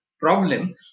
problem